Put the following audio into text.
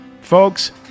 Folks